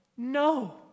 No